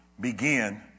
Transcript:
begin